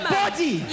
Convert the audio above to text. body